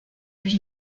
lui